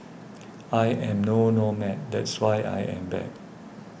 I am no nomad that's why I am back